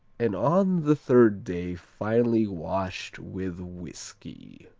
and on the third day finally washed with whiskey.